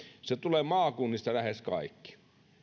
se tulee maakunnista lähes kaikki